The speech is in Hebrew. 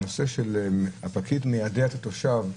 הנושא שהפקיד מיידע את התושב,